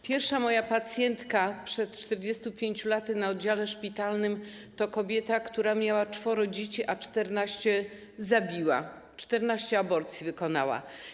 Pierwsza moja pacjentka sprzed 45 laty na oddziale szpitalnym to kobieta, która miała czworo dzieci, a 14 zabiła, 14 aborcji wykonała.